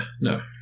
No